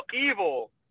Evil